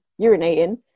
urinating